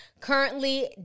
Currently